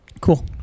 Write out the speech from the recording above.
Cool